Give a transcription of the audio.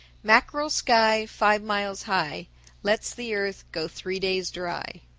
mackerel sky five miles high lets the earth go three days dry.